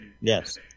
yes